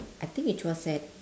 I think it was at